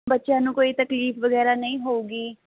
ਬੱਚਿਆਂ ਨੂੰ ਕੋਈ ਤਕਲੀਫ਼ ਵਗੈਰਾ ਨਹੀਂ ਹੋਵੇਗੀ